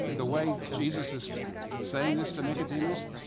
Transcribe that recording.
the way jesus is saying this to nicodemus,